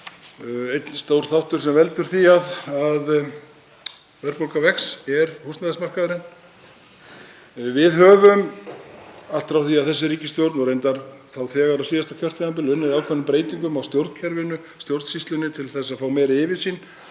Einn stór þáttur sem veldur því að verðbólga vex er húsnæðismarkaðurinn. Við höfum allt frá því að þessi ríkisstjórn tók við, og reyndar þegar á síðasta kjörtímabili, unnið að ákveðnum breytingum á stjórnkerfinu, stjórnsýslunni, til að fá meiri yfirsýn,